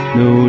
no